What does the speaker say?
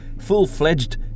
full-fledged